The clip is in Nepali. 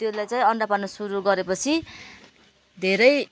त्यसले चाहिँ अन्डा पार्नु सुरु गरे पछि धेरै